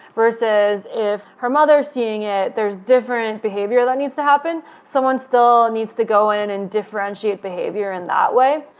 versus if her mother is seeing it, there's a different behavior that needs to happen. someone still needs to go in and differentiate behavior in that way.